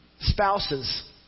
spouses